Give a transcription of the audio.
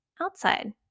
outside